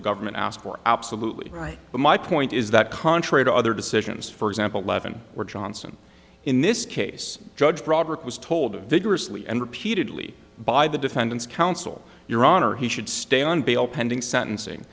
the government asked for absolutely right but my point is that contrary to other decisions for example levon were johnson in this case judge broderick was told vigorously and repeatedly by the defendant's counsel your honor he should stay on bail pending sentencing